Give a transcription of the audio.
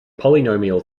polynomial